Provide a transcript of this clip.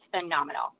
phenomenal